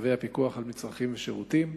צווי הפיקוח על מצרכים ושירותים.